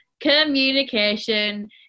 communication